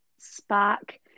spark